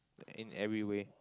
in every way